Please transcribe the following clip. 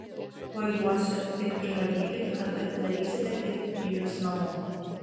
tuoj duosiu tik prižadėkit kad atidarysite tik grįžusi namo